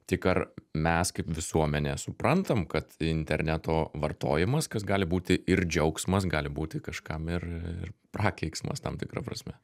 tik ar mes kaip visuomenė suprantam kad interneto vartojimas kas gali būti ir džiaugsmas gali būti kažkam ir prakeiksmas tam tikra prasme